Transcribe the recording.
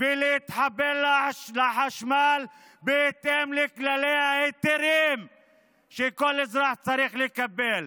ולהתחבר לחשמל בהתאם לכללי ההיתרים שכל אזרח צריך לקבל.